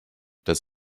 das